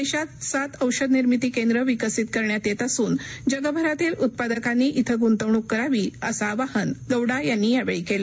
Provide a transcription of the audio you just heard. देशात सात औषध निर्मिती केंद्र विकसित करण्यात येत असून जगभरातील उत्पादकांनी इथं गुंतवणूक करावीअसं आवाहन गौडा यांनी या वेळी केलं